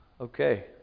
Okay